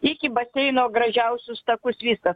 iki baseino gražiausius takus viską